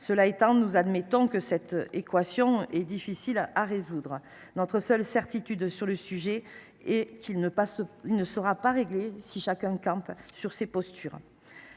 Cela étant, nous admettons que cette équation est difficile à résoudre. Notre seule certitude sur cette question est qu’elle ne sera pas réglée si chacun campe sur ses positions.